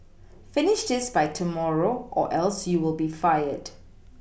finish this by tomorrow or else you'll be fired